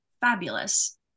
Fabulous